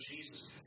Jesus